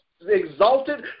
exalted